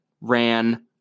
ran